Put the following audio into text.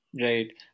right